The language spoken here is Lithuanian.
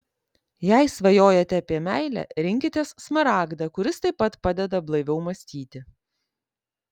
jei svajojate apie meilę rinkitės smaragdą kuris taip pat padeda blaiviau mąstyti